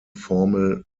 formal